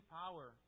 power